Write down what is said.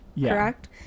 correct